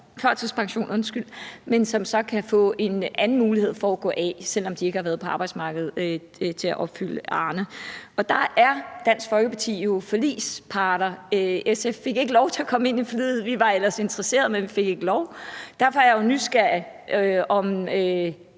førtidspension, så kan få en anden mulighed for at gå af, selv om de ikke har været på arbejdsmarkedet længe nok til at opfylde kravene til Arnepensionen. Og der er Dansk Folkeparti jo forligsparter. SF fik ikke lov til at komme ind i forliget. Vi var ellers interesserede, men vi fik ikke lov. Derfor er jeg jo nysgerrig